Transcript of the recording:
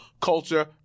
culture